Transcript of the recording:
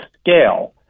scale